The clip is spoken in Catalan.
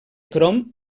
crom